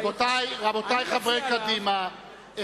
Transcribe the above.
רבותי חברי קדימה,